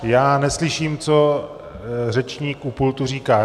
Já neslyším, co řečník u pultu říká.